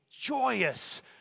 joyous